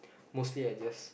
mostly I just